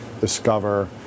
discover